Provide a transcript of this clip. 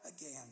again